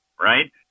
right